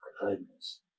goodness